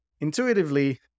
Intuitively